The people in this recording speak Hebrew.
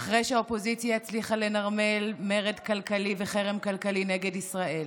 ואחרי שהאופוזיציה הצליחה לנרמל מרד כלכלי וחרם כלכלי נגד ישראל,